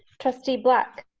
trustee black.